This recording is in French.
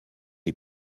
est